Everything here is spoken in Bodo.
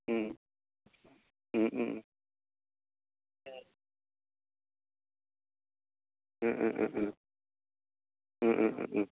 उम उम उम